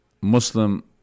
Muslim